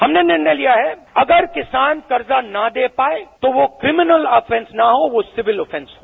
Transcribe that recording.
हमने निर्णय लिया है अगर किसान कर्जा ना दे पाए तो वह क्रिमिनल ऑफेंस ना हो वो सिविल ऑफेंस हो